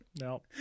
No